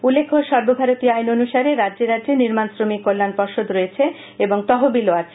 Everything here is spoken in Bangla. উল্লেখ্য সর্বভারতীয় আইন অনুসারে রাজ্যে রাজ্যে নির্মাণ শ্রমিক কল্যাণ পর্ষদ রয়েছে এবং তহবিলও আছে